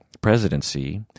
presidency